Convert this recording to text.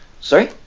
Sorry